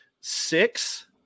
six